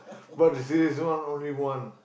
but he say it's one only one